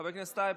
חבר הכנסת טייב,